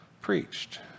preached